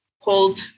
hold